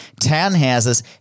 townhouses